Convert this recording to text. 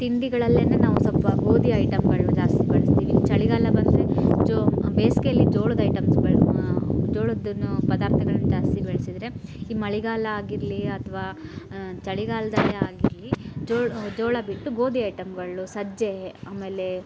ತಿಂಡಿಗಳಲ್ಲೇನೆ ನಾವು ಸ್ವಲ್ಪ ಗೋಧಿ ಐಟಮ್ಮುಗಳ್ನ ಜಾಸ್ತಿ ಬಳಸ್ತೀವಿ ಚಳಿಗಾಲ ಬಂದರೆ ಜೋ ಬೇಸಿಗೆಯಲ್ಲಿ ಜೋಳದ ಐಟಮ್ಸಗಳನ್ನ ಜೋಳದ್ದುನ್ನು ಪದಾರ್ಥಗಳ್ನ ಜಾಸ್ತಿ ಬಳಸಿದ್ರೆ ಈಗ ಮಳೆಗಾಲ ಆಗಿರಲಿ ಅಥ್ವಾ ಚಳಿಗಾಲದಲ್ಲೇ ಆಗಿರಲಿ ಜೋಳ ಜೋಳ ಬಿಟ್ಟು ಗೋಧಿ ಐಟಮ್ಮುಗಳ್ನು ಸಜ್ಜೆ ಆಮೇಲೆ